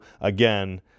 again